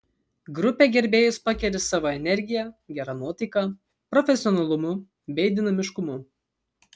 grupė gerbėjus pakeri savo energija gera nuotaika profesionalumu bei dinamiškumu